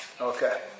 Okay